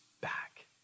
back